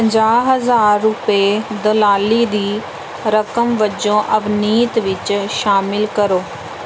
ਪੰਜਾਹ ਹਜ਼ਾਰ ਰੁਪਏ ਦਲਾਲੀ ਦੀ ਰਕਮ ਵਜੋਂ ਅਵਨੀਤ ਵਿੱਚ ਸ਼ਾਮਲ ਕਰੋ